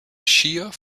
shear